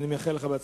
אני מאחל לך הצלחה.